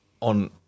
on